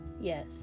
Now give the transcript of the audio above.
Yes